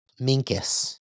Minkus